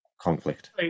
conflict